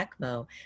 ECMO